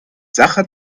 sacher